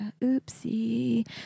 oopsie